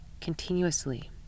continuously